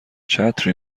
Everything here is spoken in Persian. چتری